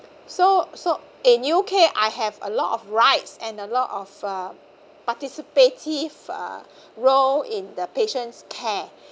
so so in U_K I have a lot of rights and a lot of uh participative uh role in the patients care